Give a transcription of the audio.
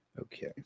Okay